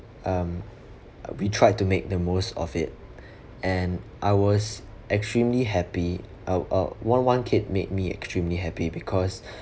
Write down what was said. um we tried to make the most of it and I was extremely happy uh uh one one kid made me extremely happy because